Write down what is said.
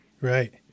Right